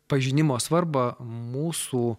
pažinimo svarbą mūsų